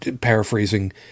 paraphrasing